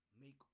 make